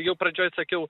jau pradžioj atsakiau